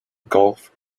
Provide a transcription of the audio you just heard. golf